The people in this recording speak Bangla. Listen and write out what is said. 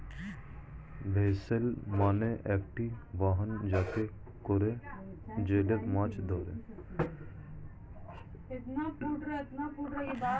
ভেসেল মানে একটি বাহন যাতে করে জেলেরা মাছ ধরে